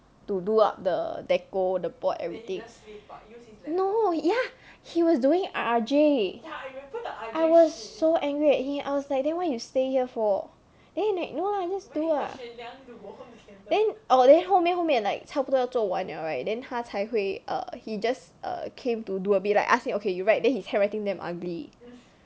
to do up the deco the board everything no ya he was doing R_J I was so angry at him I was like then why you stay here for then he like no ah just do ah then orh then 后面后面 like 差不多要做完了 right then 他才会 err he just came to do a bit I ask him okay you write then his handwriting damn ugly